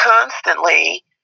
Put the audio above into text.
constantly